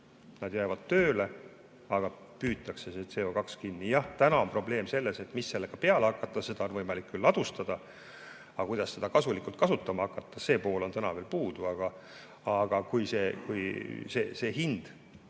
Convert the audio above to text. nad jäävad tööle, aga püütakse CO2kinni. Jah, täna on probleem selles, mis sellega peale hakata. Seda on võimalik küll ladustada, aga kuidas seda kasulikult kasutama hakata, see pool on täna veel puudu. Aga kõrge hind